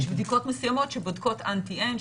יש בדיקות מסוימות שבודקות אנטי N,